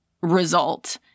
result